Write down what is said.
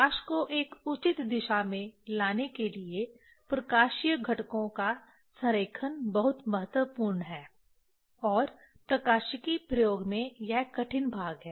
प्रकाश को एक उचित दिशा में लाने के लिए प्रकाशीय घटकों का संरेखण बहुत महत्वपूर्ण है और प्रकाशिकी प्रयोग में यह कठिन भाग है